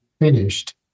finished